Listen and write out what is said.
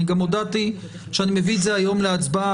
גם הודעתי שאני מביא את זה היום להצבעה.